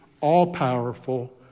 all-powerful